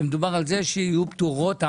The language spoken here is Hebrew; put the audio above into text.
ומדובר על זה שיהיו פטורות,